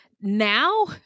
now